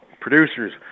Producers